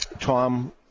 Tom